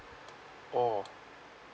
oh